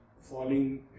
Falling